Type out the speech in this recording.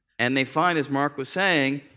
and they find, as mark was saying,